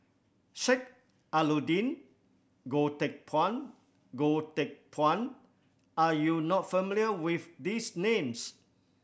Sheik Alau'ddin Goh Teck Phuan Goh Teck Phuan are you not familiar with these names